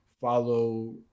follow